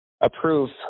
approve